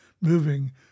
moving